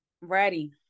Ready